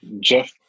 Jeff